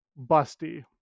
busty